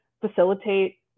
facilitate